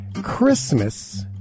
Christmas